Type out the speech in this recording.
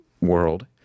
world